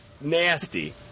Nasty